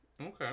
Okay